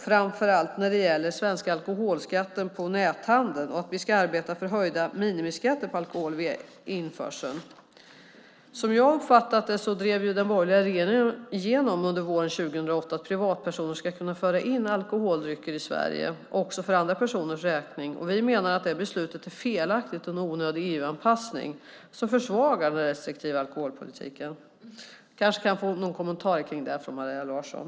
Framför allt gäller det den svenska alkoholskatten vid näthandeln och att vi ska arbeta för höjda minimiskatter på alkohol vid införseln. Som jag har uppfattat det drev den borgerliga regeringen under våren 2008 igenom att privatpersoner ska kunna föra in alkoholdrycker i Sverige också för andra personers räkning. Vi menar att det beslutet är felaktigt och en onödig EU-anpassning som försvagar den restriktiva alkoholpolitiken. Jag kanske kan få någon kommentar kring det från Maria Larsson.